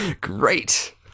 Great